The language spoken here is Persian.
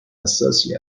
حساسی